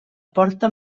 porta